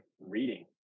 reading